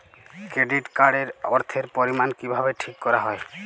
Credit card এর অর্থের পরিমান কিভাবে ঠিক করা হয়?